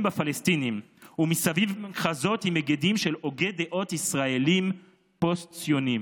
בפלסטינים ומסביב כרזות עם היגדים של הוגי דעות ישראלים פוסט-ציונים.